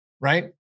Right